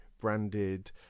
branded